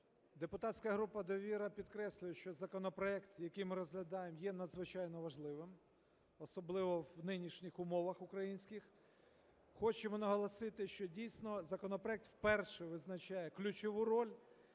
Депутатська група "Довіра" підкреслює, що законопроект, який ми розглядаємо, є надзвичайно важливим, особливо в нинішніх умовах українських. Хочемо наголосити, що, дійсно, законопроект вперше визначає ключову роль